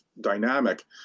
dynamic